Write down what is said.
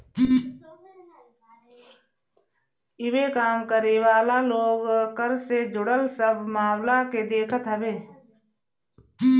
इमें काम करे वाला लोग कर से जुड़ल सब मामला के देखत हवे